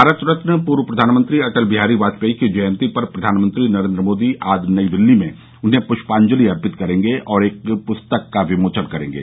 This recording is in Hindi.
भारत रत्न पूर्व प्रधानमंत्री अटल बिहारी वाजपेयी की जयंती पर प्रधानमंत्री नरेंद्र मोदी आज नई दिल्ली में उन्हें पृष्पांजलि अर्पित करेंगे और एक पुस्तक का विमोचन करेंगे